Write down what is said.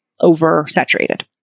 oversaturated